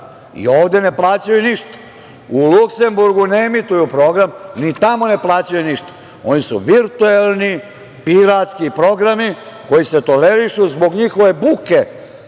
i ovde ne plaćaju ništa. U Luksemburgu ne emituju program, ni tamo ne plaćaju ništa. Oni su virtualni, piratski programi koji se tolerišu zbog njihove buke